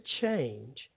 change